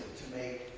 to make